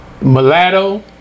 mulatto